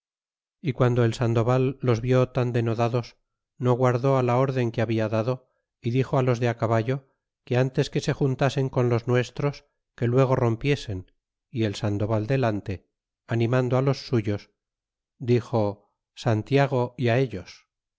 y guando el sandoval los vió tan denodados no guardó á la srden que habla dado y dixo los de caballo que ntes que se juntasen con los nuestros que luego rompiesen y el sandoval delante animando los suyos dixo santiago y ellos